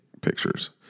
pictures